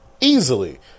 easily